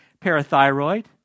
parathyroid